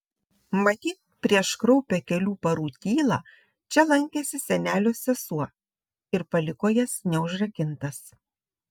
matyt prieš kraupią kelių parų tylą čia lankėsi senelio sesuo ir paliko jas neužrakintas